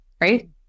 right